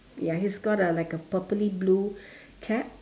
ya he's got like a purply blue cap